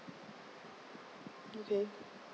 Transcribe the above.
okay